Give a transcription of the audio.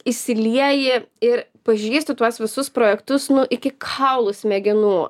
įsilieji ir pažįsti tuos visus projektus nu iki kaulų smegenų